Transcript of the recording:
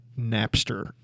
Napster